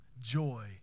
joy